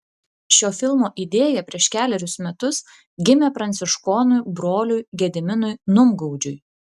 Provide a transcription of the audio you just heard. šio filmo idėja prieš kelerius metus gimė pranciškonui broliui gediminui numgaudžiui